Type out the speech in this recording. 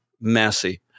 messy